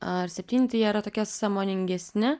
ar septyni tai jie yra tokie sąmoningesni